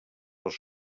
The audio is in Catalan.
els